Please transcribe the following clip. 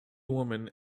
woman